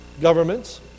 governments